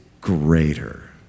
greater